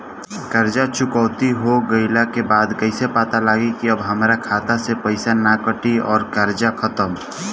कर्जा चुकौती हो गइला के बाद कइसे पता लागी की अब हमरा खाता से पईसा ना कटी और कर्जा खत्म?